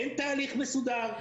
אין תהליך מסודר,